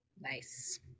Nice